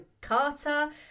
Carter